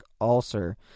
ulcer